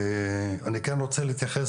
אני כן רוצה לאוצר,